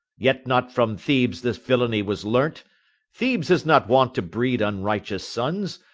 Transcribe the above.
yet not from thebes this villainy was learnt thebes is not wont to breed unrighteous sons,